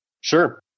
Sure